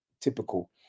typical